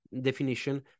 definition